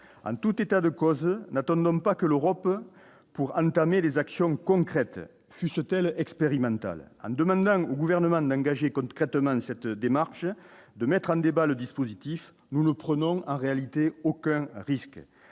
en tout état de cause, n'attendons pas que l'Europe pour entamer les actions concrètes, fusse-t-elle expérimental en demande un gouvernement d'engager concrètement cette démarche de mettre en débat le dispositif, nous ne prenons en réalité aucun risque